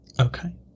okay